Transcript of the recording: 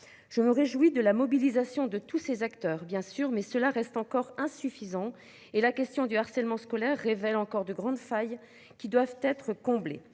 Je me réjouis de la mobilisation de tous ces acteurs, bien sûr, mais cela reste encore insuffisant et la question du harcèlement scolaire révèle encore de grandes failles qui doivent être comblées.